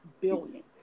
billion